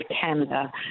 Canada